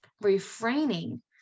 refraining